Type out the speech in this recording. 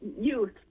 youth